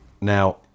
Now